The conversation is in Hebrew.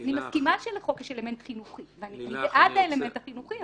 אז אני מסכימה שלחוק יש אלמנט חינוכי ואני בעד האלמנט החינוכי,